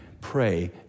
pray